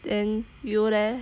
then you leh